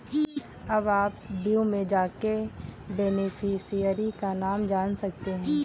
अब आप व्यू में जाके बेनिफिशियरी का नाम जान सकते है